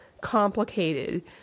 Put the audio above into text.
complicated